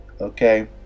Okay